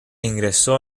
ingresó